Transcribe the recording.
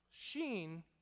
Sheen